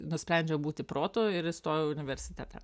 nusprendžiau būti protu ir įstojau į universitetą